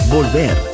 Volver